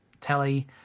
telly